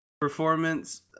performance